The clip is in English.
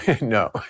No